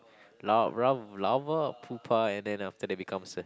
lar~ lar~ larva pupa and then after that becomes a